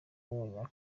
umunyu